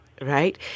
right